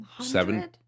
Seven